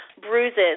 bruises